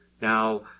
Now